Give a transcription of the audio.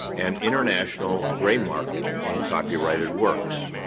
an international gray market in copyrighted works.